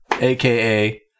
aka